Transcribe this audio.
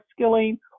upskilling